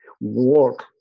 work